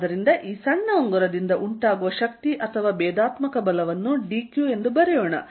ಆದ್ದರಿಂದ ಈ ಸಣ್ಣ ಉಂಗುರದಿಂದ ಉಂಟಾಗುವ ಶಕ್ತಿ ಅಥವಾ ಭೇದಾತ್ಮಕ ಬಲವನ್ನು dQ ಬರೆಯೋಣ